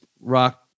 rock